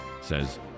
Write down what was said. says